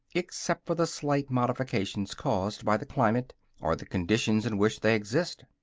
except for the slight modifications caused by the climate or the conditions in which they exist.